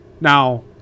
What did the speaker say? Now